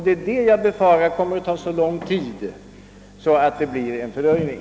Det är detta jag befarar kommer att ta så lång tid att det blir en fördröjning.